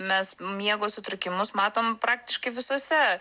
mes miego sutrikimus matom praktiškai visuose